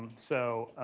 so,